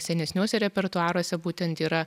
senesniuose repertuaruose būtent yra